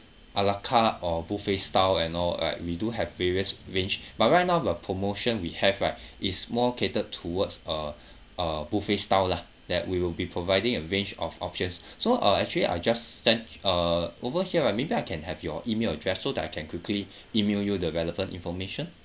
a la carte or buffet style and all like we do have various range but right now our promotion we have right is more catered towards uh uh buffet style lah that we will be providing a range of options so uh actually I just sent uh over here uh maybe I can have your email address so that I can quickly email you the relevant information